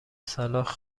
سلاخ